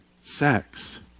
sex